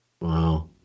Wow